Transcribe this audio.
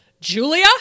Julia